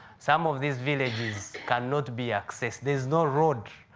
some of these villages cannot be accessed. there is no road.